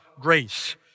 grace